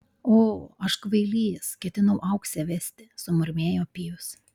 o aš kvailys ketinau auksę vesti sumurmėjo pijus